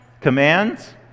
commands